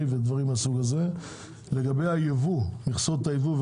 לגבי מכסות הייבוא,